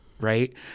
right